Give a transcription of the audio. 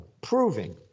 proving